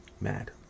Mad